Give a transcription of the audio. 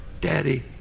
Daddy